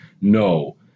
no